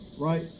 right